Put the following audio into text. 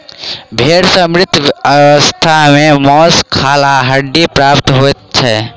भेंड़ सॅ मृत अवस्था मे मौस, खाल आ हड्डी प्राप्त होइत छै